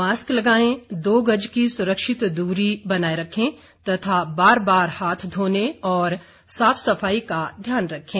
mask लगायें दो गज की सुरक्षित दूरी बनाये रखें तथा बार बार हाथ धोने और साफ सफाई का ध्यान रखें